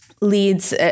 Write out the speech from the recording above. leads